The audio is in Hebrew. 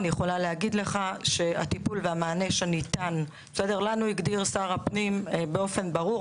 לנו הגדיר שר הפנים באופן ברור,